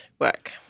work